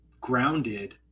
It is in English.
grounded